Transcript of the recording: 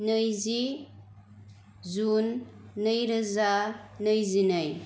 नैजि जुन नै रोजा नैजिनै